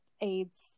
aids